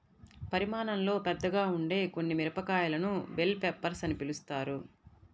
పరిమాణంలో పెద్దగా ఉండే కొన్ని మిరపకాయలను బెల్ పెప్పర్స్ అని పిలుస్తారు